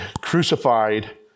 crucified